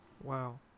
Wow